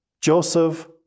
Joseph